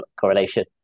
correlation